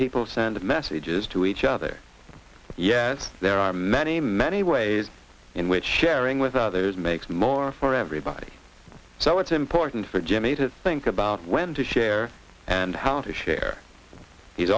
people send messages to each other yes there are many many ways in which sharing with others makes more for everybody so it's important for jimmy to think about when to share and how to share he's